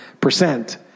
percent